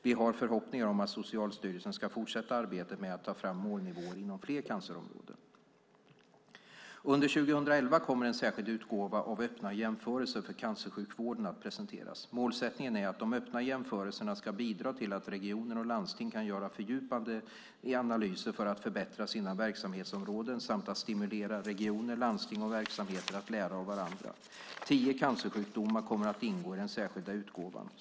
Vi har förhoppningar om att Socialstyrelsen ska fortsätta arbetet med att ta fram målnivåer inom fler cancerområden. Under 2011 kommer en särskild utgåva av Öppna jämförelser för cancersjukvården att presenteras. Målsättningen är att de öppna jämförelserna ska bidra till att regioner och landsting kan göra fördjupade analyser för att förbättra sina verksamhetsområden samt att stimulera regioner, landsting och verksamheter att lära av varandra. Tio cancersjukdomar kommer att ingå i den särskilda utgåvan.